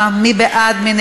עכשיו, די.